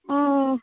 अँ